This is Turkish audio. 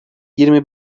yirmi